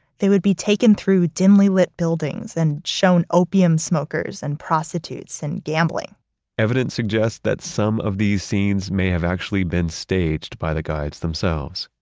they would be taken through dimly lit buildings and shown opium smokers and prostitutes and gambling evidence suggests that some of these scenes may have actually been staged by the guides themselves.